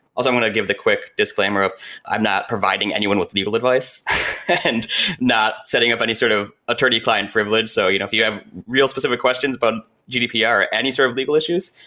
also want to give the quick disclaimer of i'm not providing anyone with legal advice and not setting up any sort of attorney-client privilege, so you know if you have real specific questions about but gdpr, any sort of legal issues,